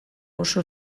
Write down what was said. oso